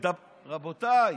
רבותיי,